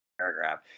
paragraph